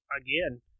again